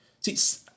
See